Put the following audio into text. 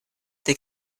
they